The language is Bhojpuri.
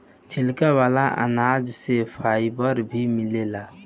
छिलका वाला अनाज से फाइबर भी मिलेला